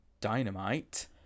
Dynamite